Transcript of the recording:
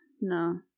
No